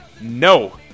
no